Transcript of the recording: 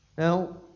Now